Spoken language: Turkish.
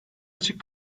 açık